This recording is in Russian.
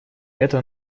это